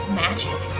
magic